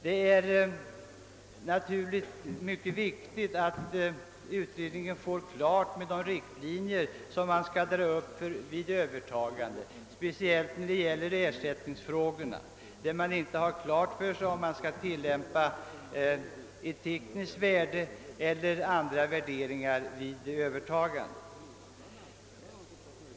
Det är naturligtvis mycket viktigt att utredningen blir klar med de riktlinjer som skall dras upp vid övertagande, speciellt när det gäller ersättningsfrågorna, när man kanske inte har klart för sig om man skall tillämpa ett tekniskt värde eller andra värderingar. Herr talman!